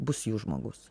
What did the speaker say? bus jų žmogus